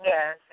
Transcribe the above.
Yes